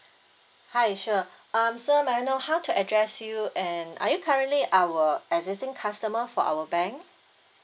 hi sure um sir may I know how to address you and are you currently our existing customer for our bank